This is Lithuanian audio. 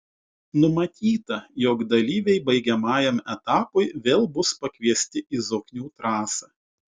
numatyta jog dalyviai baigiamajam etapui vėl bus pakviesti į zoknių trasą